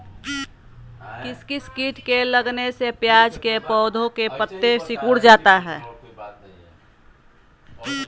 किस किट के लगने से प्याज के पौधे के पत्ते सिकुड़ जाता है?